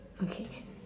okay can